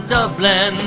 Dublin